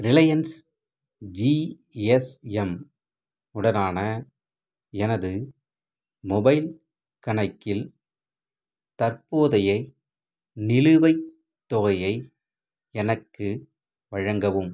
Reliance GSM உடனான எனது mobile கணக்கில் தற்போதைய நிலுவைத் தொகையை எனக்கு வழங்கவும்